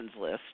list